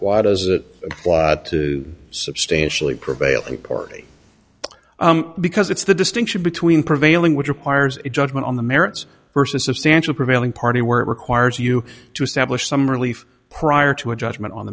why does it apply to substantially prevailing party because it's the distinction between prevailing which requires a judgment on the merits versus substantial prevailing party where it requires you to establish some relief prior to a judgment on